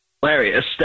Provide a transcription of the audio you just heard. Hilarious